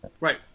Right